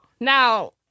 Now